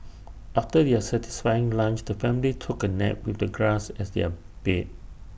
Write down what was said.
after their satisfying lunch the family took A nap with the grass as their bed